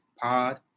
pod